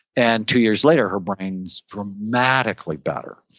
and two years later, her brain's dramatically better.